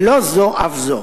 ולא זו אף זו: